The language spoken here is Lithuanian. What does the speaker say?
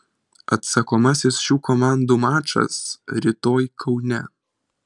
atsakomasis šių komandų mačas rytoj kaune